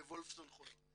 בוולפסון חולון.